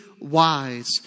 wise